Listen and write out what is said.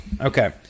Okay